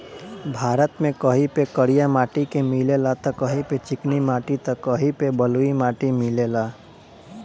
भारत में कहीं पे करिया माटी मिलेला त कहीं पे चिकनी माटी त कहीं पे बलुई माटी मिलेला